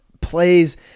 plays